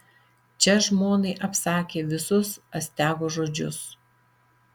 čia žmonai apsakė visus astiago žodžius